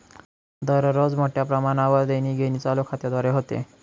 दररोज मोठ्या प्रमाणावर देणीघेणी चालू खात्याद्वारे होते